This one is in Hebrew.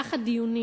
שבמהלך הדיונים,